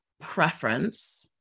preference